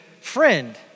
friend